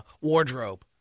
wardrobe